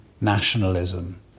nationalism